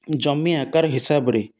ଜମି ଆକାର ହିସାବରେ